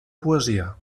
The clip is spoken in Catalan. poesia